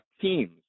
teams